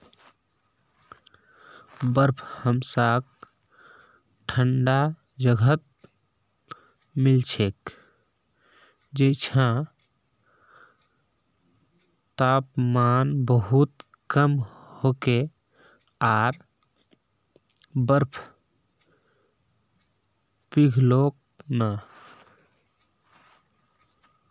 बर्फ हमसाक ठंडा जगहत मिल छेक जैछां तापमान बहुत कम होके आर बर्फ पिघलोक ना